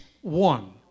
One